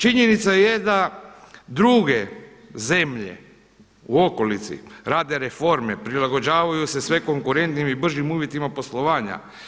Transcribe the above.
Činjenica je da druge zemlje u okolici rade reforme, prilagođavaju se sve konkurentnim i bržim uvjetima poslovanja.